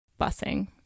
busing